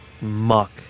muck